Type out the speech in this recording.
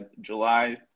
July